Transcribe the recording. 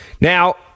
Now